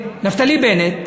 נפתלי בנט,